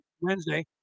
Wednesday